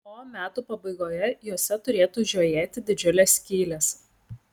o metų pabaigoje juose turėtų žiojėti didžiulės skylės